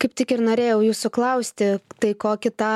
kaip tik ir norėjau jūsų klausti tai kokį tą